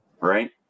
Right